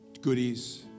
goodies